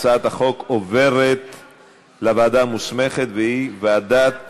הצעת החוק עוברת לוועדה המוסמכת, שהיא ועדת